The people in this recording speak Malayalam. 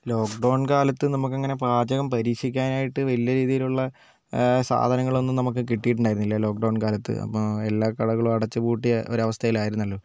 ലോക്ക്ഡൗൺ കാലത്ത് നമുക്കങ്ങനെ പാചകം പരീക്ഷിക്കാനായിട്ട് വലിയ രീതിയിലുള്ള സാധനങ്ങളൊന്നും നമുക്ക് കിട്ടിയിട്ടുണ്ടായിരുന്നില്ല ലോക്ക്ഡൗൺ കാലത്ത് അപ്പോൾ എല്ലാ കടകളും അടച്ചു പൂട്ടിയ ഒരവസ്ഥയിൽ ആയിരുന്നല്ലോ